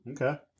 Okay